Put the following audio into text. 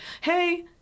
hey